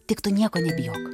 tik tu nieko nebijok